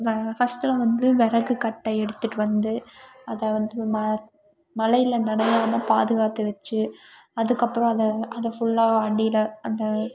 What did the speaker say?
ஃபஸ்ட்லாம் வந்து விறகு கட்டை எடுத்துகிட்டு வந்து அதை வந்து ம மழையில் நனையாமல் பாதுகாத்து வச்சு அதுக்கப்புறம் அதை அதை ஃபுல்லாக அடியில் அந்த